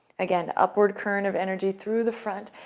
again, upward current of energy through the front,